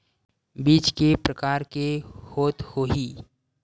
बीज के प्रकार के होत होही?